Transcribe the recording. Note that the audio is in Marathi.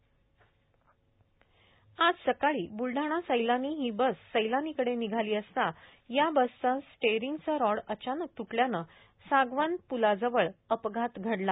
अपघात आज सकाळी ब्लडाणा सैलानी ही बस सैलानीकडे निघाली असता या बसचा स्टेरींगचा रॉड अचानक तूटल्याने सागवन पूलाजवळ अपघात घडला